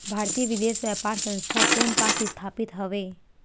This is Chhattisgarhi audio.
भारतीय विदेश व्यापार संस्था कोन पास स्थापित हवएं?